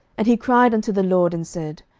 and he cried unto the lord, and said,